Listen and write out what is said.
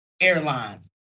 Airlines